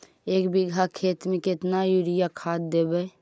एक बिघा खेत में केतना युरिया खाद देवै?